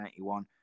1991